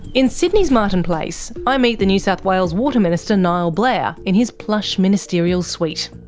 in sydney's martin place i meet the new south wales water minister niall blair in his plush ministerial suite.